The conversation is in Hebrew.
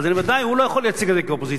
אז ודאי שהוא לא יכול לייצג אותי כאופוזיציה.